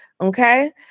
Okay